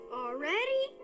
already